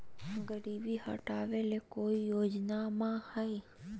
गरीबी हटबे ले कोई योजनामा हय?